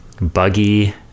buggy